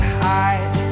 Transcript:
hide